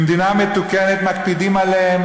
במדינה מתוקנת מקפידים עליהם,